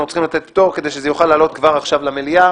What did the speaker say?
אנחנו צריכים לתת פטור כדי שזה יוכל לעלות כבר עכשיו למליאה.